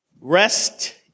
rest